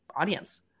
audience